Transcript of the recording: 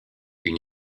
une